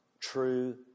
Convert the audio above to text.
true